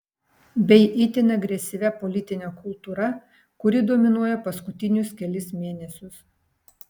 bei itin agresyvia politine kultūra kuri dominuoja paskutinius kelis mėnesius